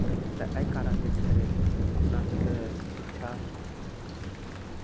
तऽ एहि कारण जे छै अपना सभके शिक्षा